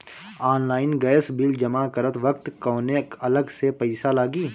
Online gas bill जमा करत वक्त कौने अलग से पईसा लागी?